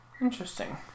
Interesting